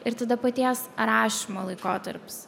ir tada paties rašymo laikotarpis